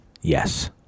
Yes